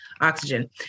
oxygen